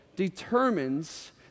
determines